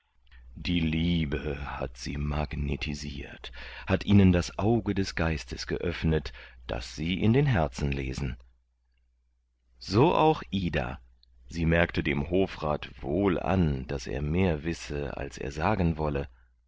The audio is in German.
die liebe hat sie magnetisiert hat ihnen das auge des geistes geöffnet daß sie in den herzen lesen so auch ida sie merkte dem hofrat wohl an daß er mehr wisse als er sagen wolle